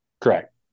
Correct